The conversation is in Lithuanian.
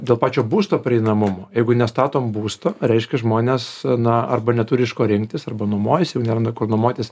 dėl pačio būsto prieinamumo jeigu nestatom būsto reiškia žmonės na arba neturi iš ko rinktis arba nuomojasi jeigu neranda kur nuomotis